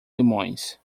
limões